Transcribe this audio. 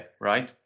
right